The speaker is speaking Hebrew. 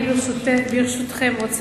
ברשותכם,